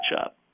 up